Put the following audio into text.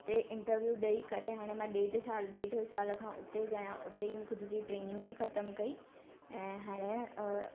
उते इंटरव्यू ॾेई करे हाणे मां ॾेढ साल ॾेढ साल खां उते जी आहियां उते ई ख़ुद जी ट्रेनिंग बि ख़तम कई ऐं हाणे अ